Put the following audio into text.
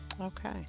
okay